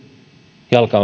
jalka